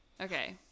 Okay